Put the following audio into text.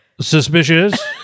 suspicious